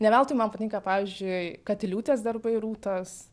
ne veltui man patinka pavyzdžiui katiliūtės darbai rūtos